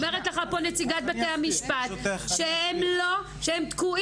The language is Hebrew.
אומרת לך פה נציגת בתי המשפט שהם תקועים,